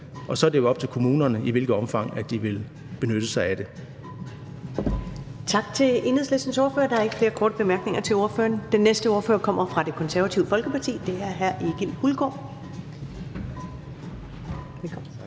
Og så er det jo op til kommunerne, i hvilket omfang de vil benytte sig af det. Kl. 11:52 Første næstformand (Karen Ellemann): Tak til Enhedslistens ordfører. Der er ikke flere korte bemærkninger til ordføreren. Den næste ordfører kommer fra Det Konservative Folkeparti, og det er hr. Egil Hulgaard. Velkommen.